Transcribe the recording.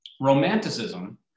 Romanticism